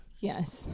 Yes